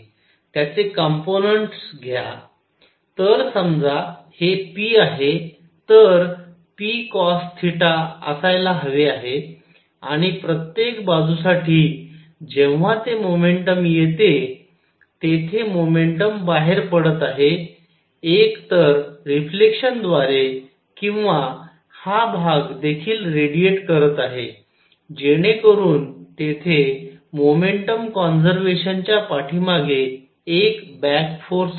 त्याचे कंपोनंन्ट घ्या तर समजा हे p आहे तर pcosθ असायला हवे आहे आणि प्रत्येक बाजूसाठी जेव्हा ते मोमेंटम येते तेथे मोमेंटम बाहेर पडत आहे एकतर रिफ्लेक्शन द्वारे किंवा हा भाग देखील रेडिएट करत आहे जेणेकरून तेथे मोमेंटम कॉंजेर्वेशन च्या पाठीमागे एक बॅक फोर्स आहे